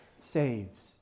saves